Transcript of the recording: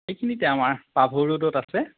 এইখিনিতে আমাৰ পাভৈ ৰোডত আছে